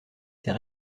ses